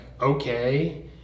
okay